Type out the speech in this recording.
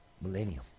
millennium